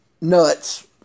nuts